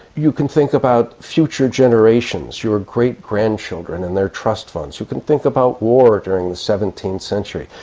you can think about future generations, your great-grandchildren and their trust funds, you can think about war during the seventeenth century,